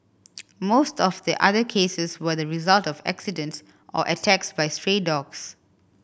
most of the other cases were the result of accidents or attacks by stray dogs